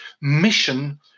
mission